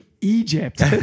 Egypt